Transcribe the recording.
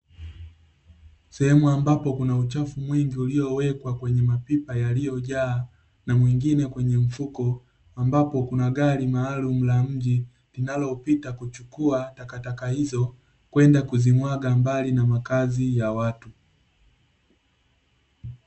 Sehemu ambapo kuna uchafu mwingi uliowekwa kwenye mapipa yaliyo jaa na mwingine kwenye mfuko, ambapo kuna gari maalumu la mji linalopita kuchukua takataka hizo kwenda kuzimwaga mbali na makazi ya watu.